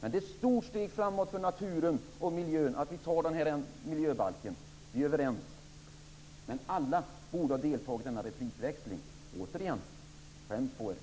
Det är ett stort steg framåt för naturen och miljön att vi tar den här miljöbalken. Vi är överens. Alla borde ha deltagit i denna replikväxling. Återigen: Skäms på er!